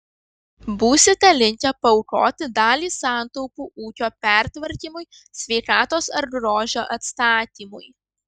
būsite linkę paaukoti dalį santaupų ūkio pertvarkymui sveikatos ar grožio atstatymui